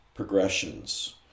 progressions